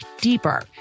deeper